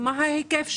מה ההיקף שלו?